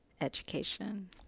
education